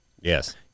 Yes